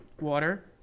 water